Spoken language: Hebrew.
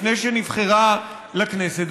לפני שנבחרה לכנסת,